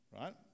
right